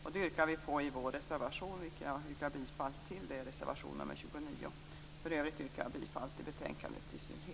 Detta yrkar vi på i vår reservation 29, vilken jag yrkar bifall till. För övrigt yrkar jag bifall till betänkandet i dess helhet.